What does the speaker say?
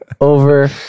Over